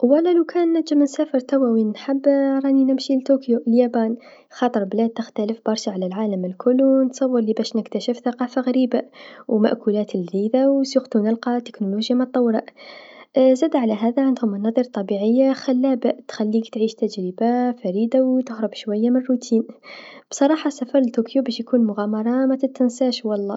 وانا لوكان نجم نسافر توى وين نحب راني نمشي لطوكيو اليابان خاطر بلاد تختلف برشا على العالم الكل و تتصورلي باش نكتسف ثقافه غريبه و مأكولات لذيذه و خاصه نلقى تكنولوجيا متطوره زادا على هذا عندهم مناظر طبيعيه خلابه تخليك تعيش تجربه فريده و تهرب شويا من الروتين، بصراحه السفر لطوكيو باش تكون مغامره متتنساش و الله.